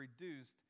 reduced